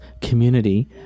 community